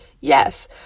Yes